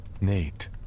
Nate